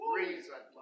reason